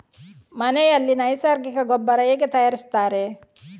ಮನೆಯಲ್ಲಿ ನೈಸರ್ಗಿಕ ಗೊಬ್ಬರ ಹೇಗೆ ತಯಾರಿಸುತ್ತಾರೆ?